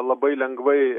labai lengvai